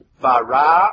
Bara